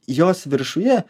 jos viršuje